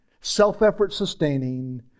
self-effort-sustaining